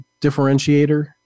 differentiator